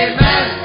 Amen